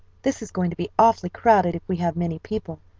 this is going to be awfully crowded if we have many people,